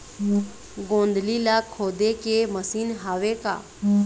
गोंदली ला खोदे के मशीन हावे का?